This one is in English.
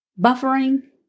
Buffering